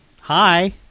Hi